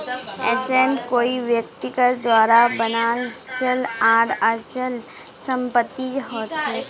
asset कोई व्यक्तिर द्वारा बनाल चल आर अचल संपत्ति हछेक